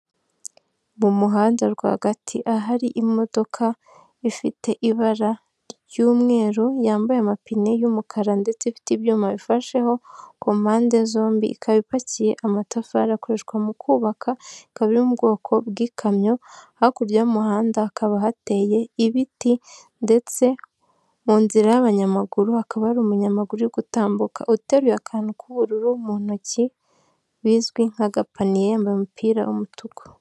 Mu muhanda rwagati, ahari imodoka ifite ibara ry'umweru, yambaye amapine y'umukara ndetse ifite ibyuma bifasheho ku mpande zombi, ikaba ipakiye amatafari akoreshwa mu kubaka, ikaba iri mu bwoko bw'ikamyo hakurya y'umuhanda hakaba hateye ibiti ndetse mu nzira y'abanyamaguru hakaba ari umunyamaguru uri gutambuka, uteruye akantu k'ubururu mu ntoki, bizwi nk'agapaniye yambaye umupira w'umutuku.